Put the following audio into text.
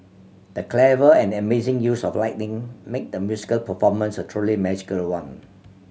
the clever and amazing use of lighting made the musical performance a truly magical one